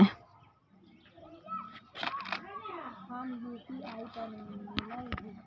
गोभी के पौधा के जे कीट कटे छे वे के लेल की करल जाय?